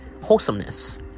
wholesomeness